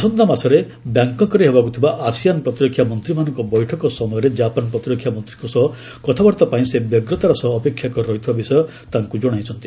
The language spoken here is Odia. ଆସନ୍ତା ମାସରେ ବ୍ୟାଙ୍ଗକକ୍ରେ ହେବାକୁ ଥିବା ଆସିଆନ୍ ପ୍ରତିରକ୍ଷା ମନ୍ତ୍ରୀମାନଙ୍କ ବୈଠକ ସମୟରେ ଜାପାନ ପ୍ରତିରକ୍ଷା ମନ୍ତ୍ରୀଙ୍କ ସହ କଥାବାର୍ତ୍ତା ପାଇଁ ସେ ବ୍ୟଗ୍ରତାର ସହ ଅପେକ୍ଷା କରି ରହିଥିବା ବିଷୟ ତାଙ୍କ ଜଣାଇଛନ୍ତି